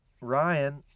Ryan